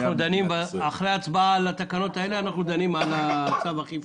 אחרי ההצבעה על התקנות האלה נדון בצו האכיפה.